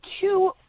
two